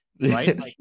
Right